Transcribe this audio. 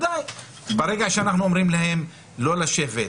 ברגע שאנחנו אומרים להם לא לשבת לאכול,